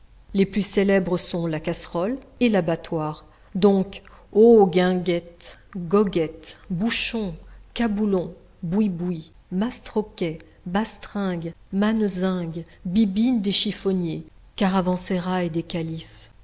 les plus célèbres sont la casserole et l'abattoir donc ô guinguettes goguettes bouchons caboulots bouibouis mastroquets bastringues manezingues bibines des chiffonniers caravansérails des